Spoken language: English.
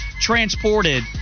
transported